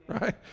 right